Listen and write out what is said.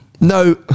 No